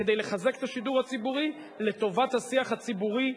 כדי לחזק את השידור הציבורי לטובת השיח הציבורי,